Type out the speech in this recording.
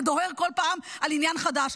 ודוהר כל פעם על עניין חדש.